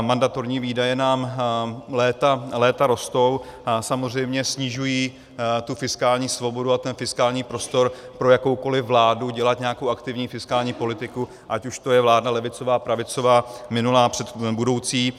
Mandatorní výdaje nám léta rostou, samozřejmě snižují fiskální svobodu a fiskální prostor pro jakoukoli vládu dělat nějakou aktivní fiskální politiku, ať už to je vláda levicová, pravicová, minulá, budoucí.